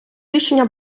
рішення